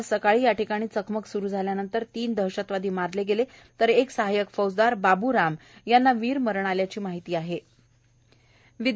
आज सकाळी या ठिकाणी चकमक सुरू झाल्यानंतर तीन दहशतवादी मारले गेले तर एक सहायक फौजदार बाबू राम यांना वीर मरण आल्याची माहिती अधिकाऱ्यांनी दिली आहे